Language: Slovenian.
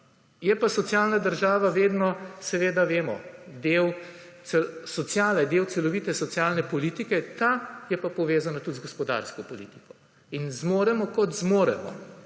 Je pa socialna država vedno seveda, vemo, del sociale, del celovite socialne politike, ta je pa povezana tudi z gospodarsko politiko. In zmoremo kot zmoremo.